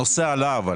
אבל הנושא עלה.